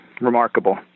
remarkable